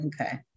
Okay